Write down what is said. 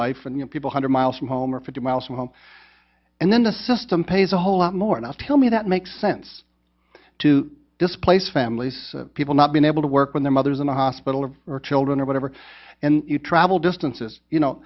life and you know people hundred miles from home or fifty miles from home and then the system pays a whole lot more and i'll tell me that makes sense to displace families people not being able to work when their mothers in the hospital or children or whatever and you travel distances you know